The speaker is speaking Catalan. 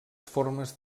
formes